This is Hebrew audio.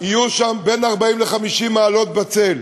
יהיו שם בין 40 ל-50 מעלות בצל,